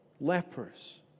lepers